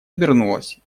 обернулась